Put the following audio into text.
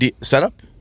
setup